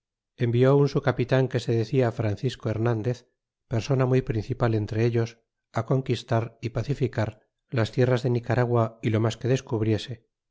envió un su capitan que se decia francisco ilernandez persona muy principal entre ellos á conquistar y pacificar las tierras de nicaragua y lo mas que descubriese